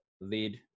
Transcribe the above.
lead